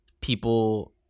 people